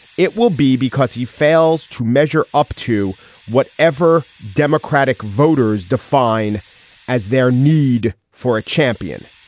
it will be because he fails to measure up to what ever democratic voters define as their need for a champion.